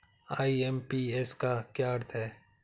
IMPS का क्या अर्थ है?